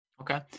Okay